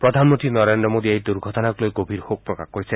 প্ৰধানমন্ত্ৰী নৰেন্দ্ৰ মোদীয়ে এই দুৰ্ঘটনাক লৈ গভীৰ শোক প্ৰকাশ কৰিছে